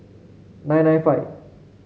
nine nine five